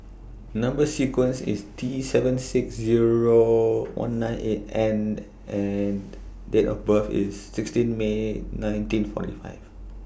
Number sequence IS T seven six Zero one nine eight N and Date of birth IS sixteen May nineteen forty five